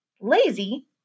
Lazy